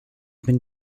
been